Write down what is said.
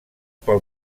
pel